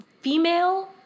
female